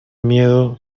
miedo